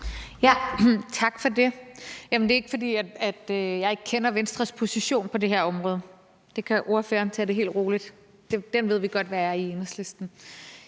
Tak for det. Det er ikke, fordi jeg ikke kender Venstres position på det her område – det kan ordføreren tage helt roligt, for vi ved i Enhedslisten